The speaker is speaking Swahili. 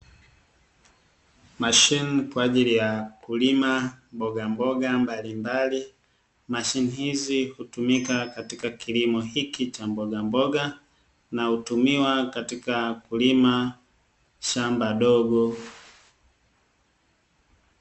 Mashine kwa ajili ya kulima mbogamboga mbalimbali, mashine hizi hutumika katika kilimo hiki cha mbogamboga na hutumika katika kulima shamba dogo.